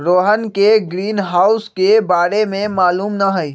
रोहन के ग्रीनहाउस के बारे में मालूम न हई